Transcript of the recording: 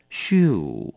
,shoe